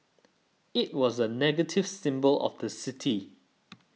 it was a negative symbol of the city